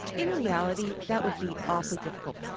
in reality that would be awfully difficult.